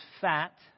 fat